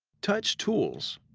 touch tools.